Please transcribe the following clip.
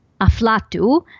Aflatu